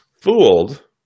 fooled